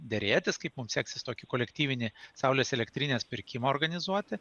derėtis kaip mum seksis tokį kolektyvinį saulės elektrinės pirkimą organizuoti